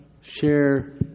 share